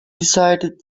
decided